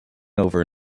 over